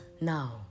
Now